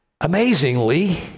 Amazingly